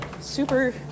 super